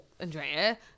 Andrea